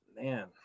Man